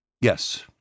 Yes